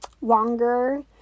longer